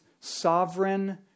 sovereign